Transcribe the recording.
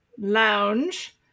lounge